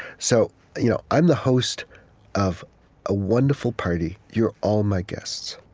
so you know i'm the host of a wonderful party. you're all my guests,